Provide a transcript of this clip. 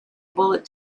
bullet